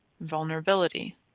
Vulnerability